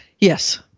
Yes